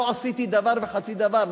לא עשיתי דבר וחצי דבר,